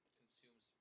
consumes